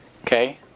Okay